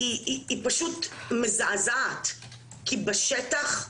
פשוט מזעזעת כי בשטח,